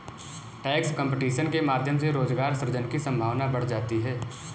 tax competition के माध्यम से रोजगार सृजन की संभावना बढ़ जाती है